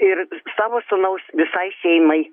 ir savo sūnaus visai šeimai